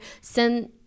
send